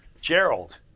Gerald